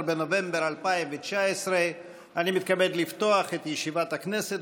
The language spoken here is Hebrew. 18 בנובמבר 2019. אני מתכבד לפתוח את ישיבת הכנסת.